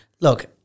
Look